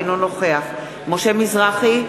אינו נוכח משה מזרחי,